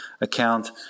account